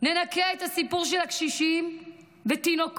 ננכה את הסיפור של הקשישים ותינוקות,